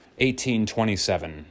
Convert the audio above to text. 1827